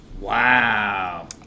Wow